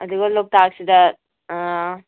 ꯑꯗꯨꯒ ꯂꯣꯛꯇꯥꯛꯁꯤꯗ ꯑꯥ